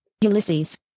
Ulysses